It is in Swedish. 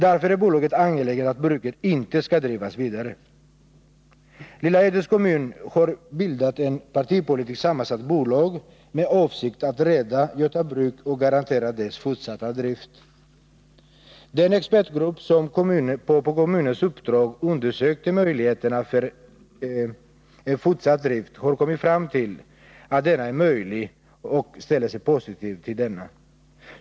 Därför är bolaget angeläget om att bruket inte skall drivas vidare. Lilla Edets kommun har bildat ett partipolitiskt sammansatt bolag med avsikt att rädda Göta Bruk och garantera dess fortsatta drift. Den expertgrupp som på kommunens uppdrag undersökt möjligheterna för en fortsatt drift har kommit fram till att sådan är möjlig, och gruppen ställer sig positiv.